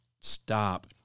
stop